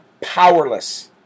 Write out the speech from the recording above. powerless